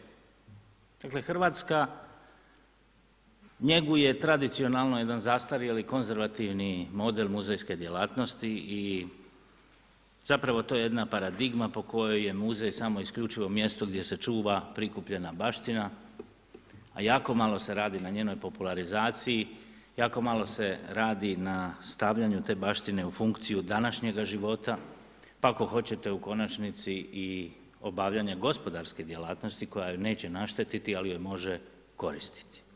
Dakle Hrvatska njeguje tradicionalno jedan zastarjeli konzervativni model muzejske djelatnosti i zapravo to je jedna paradigma po kojoj je muzej samo isključivo mjesto gdje se čuva prikupljena baština a jako malo se radi na njenoj popularizaciji, jako malo se radi na stavljanje te baštine u funkciju današnjega života pa ako hoćete, u konačnici i obavljanje gospodarske djelatnosti koja joj neće naštetiti ali joj može koristiti.